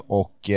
och